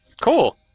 Cool